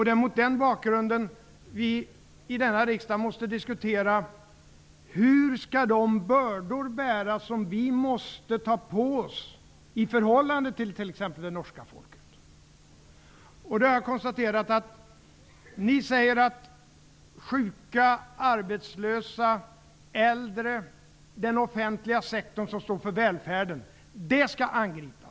Det är mot den bakgrunden vi i denna riksdag måste diskutera hur de bördor skall bäras som vi måste ta på oss, i motsats till det norska folket, t.ex. Då har jag konstaterat att ni säger att sjuka, arbetslösa, äldre, den offentliga sektorn som står för välfärden skall angripas.